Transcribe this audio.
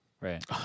Right